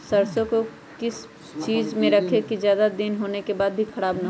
सरसो को किस चीज में रखे की ज्यादा दिन होने के बाद भी ख़राब ना हो?